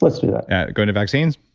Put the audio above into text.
let's do that go into vaccines?